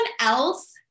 else